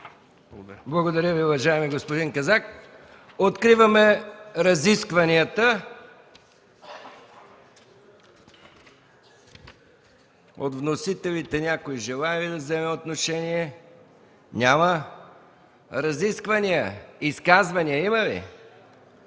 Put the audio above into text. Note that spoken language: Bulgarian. Благодаря Ви, уважаеми господин Казак. Откривам разискванията. От вносителите някой желае ли да вземе отношение? Не. Има ли изказвания? Да Ви